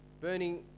burning